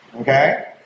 Okay